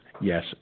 yes